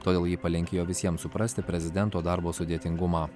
todėl ji palinkėjo visiems suprasti prezidento darbo sudėtingumą